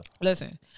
Listen